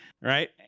right